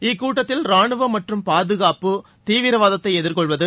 இக்கூட்டத்தில் ராணுவம் மற்றும் பாதுகாப்பு தீவிரவாதத்தை எதிர்கொள்வது